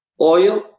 Oil